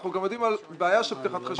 אנחנו גם יודעים על בעיה של פתיחת חשבון,